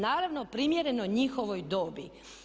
Naravno primjereno njihovoj dobi.